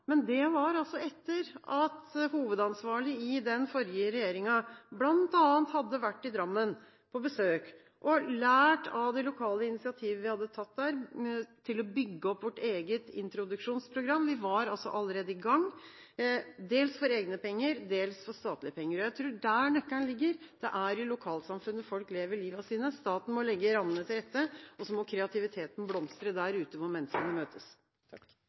men det var etter at hovedansvarlig i den forrige regjeringen bl.a. hadde vært i Drammen på besøk og lært av det lokale initiativet vi hadde tatt der, til å bygge opp vårt eget introduksjonsprogram. Vi var allerede i gang, dels for egne penger og dels for statlige penger. Jeg tror det er der nøkkelen ligger. Det er i lokalsamfunnet folk lever livet sitt. Staten må legge rammene til rette, så må kreativiteten blomstre der ute hvor menneskene møtes.